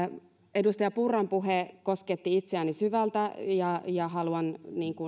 edustaja purran puhe kosketti itseäni syvältä ja ja haluan